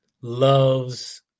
loves